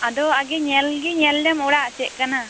ᱟᱫᱚ ᱟᱜᱮ ᱧᱮᱞ ᱜᱮ ᱧᱮᱞ ᱞᱮᱢ ᱚᱲᱟᱜ ᱪᱮᱫ ᱠᱟᱱᱟ